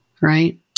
right